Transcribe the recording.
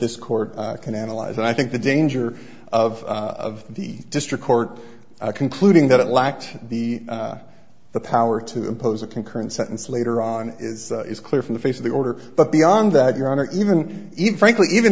this court can analyze and i think the danger of of the district court concluding that it lacked the the power to impose a concurrent sentences later on is is clear from the face of the order but beyond that your honor even even frankly even